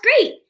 great